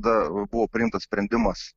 tada buvo priimtas sprendimas